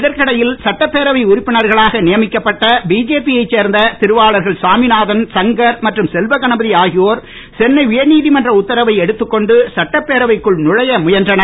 இதற்கிடையில் சட்டப்பேரவை உறுப்பினர்களாக நியமிக்கப்பட்ட பிஜேபியை சேர்ந்த இருவாளர்கள் சாமிநாதன் சங்கர் மற்றும் செல்வகண்பதி ஆகியோர் சென்னை உயர்நீதிமன்ற உத்தரவை எடுத்துக் கொண்டு சட்டப்பேரவைக்குள் நுழைய ழுயன்றனர்